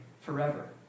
forever